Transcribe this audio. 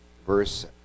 verse